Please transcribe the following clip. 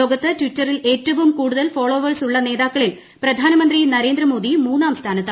ലോകത്ത് ട്വിറ്ററിൽ ഏറ്റവും കൂടുതൽ ഫോളോവേഴ്സുള്ള നേതാക്കളിൽ പ്രധാനമന്ത്രി നരേന്ദ്രമോദി മൂന്നാം സ്ഥാനത്ത്